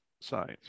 science